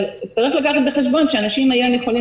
אבל צריך לקחת בחשבון שאנשים היום יכולים